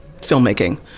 filmmaking